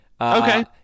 Okay